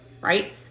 Right